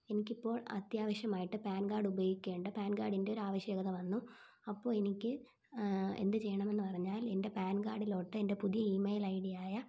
എനിക്കിപ്പോൾ അത്യാവശ്യമായിട്ട് പാൻ കാഡുപയോഗിക്കേണ്ട പാൻ കാഡിന്റെയൊരാവശ്യകത വന്നു അപ്പോൾ എനിക്ക് എന്ത് ചെയ്യണമെന്ന് പറഞ്ഞാൽ എൻ്റെ പാൻ കാഡിലോട്ട് എന്റെ പുതിയ ഈമെയിൽ ഐ ഡിയായ